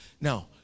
Now